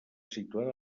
situada